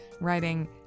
writing